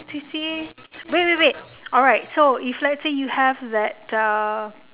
C_C_A wait wait wait alright so if let's say you have that a